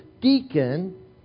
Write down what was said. deacon